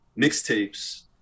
mixtapes